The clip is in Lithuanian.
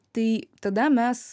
tai tada mes